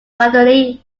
vaudreuil